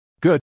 Good